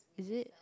is it